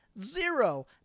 Zero